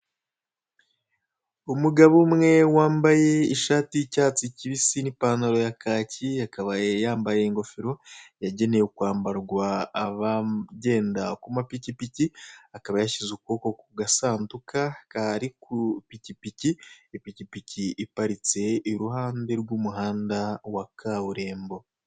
Umugabo umwe wambaye ishati y'icyatsi kibisi n'ipantaro ya kake, akaba yambaye ingofero yagenewe kwambarwa abagenda ku mapikipiki, akaba yashyize ukuboko ku gasanduka kari ku ipikipiki, ipikipiki iparitse iruhande rw'umuhanda wa kaburimbo.